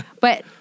but-